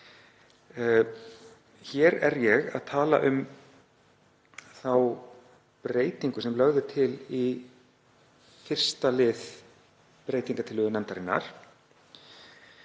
Ég er hér að tala um þá breytingu sem lögð er til í 1. lið breytingartillögu nefndarinnar.